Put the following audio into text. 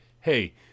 Hey